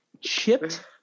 Chipped